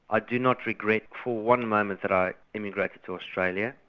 i do not regret for one moment that i emigrated to australia,